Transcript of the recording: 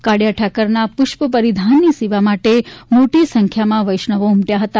કાળીયા ઠાકરના પુષ્પ પરિધાનની સેવા માટે મોટી સંખ્યામાં વૈષ્ણવો ઊમટયા હતા